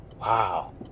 wow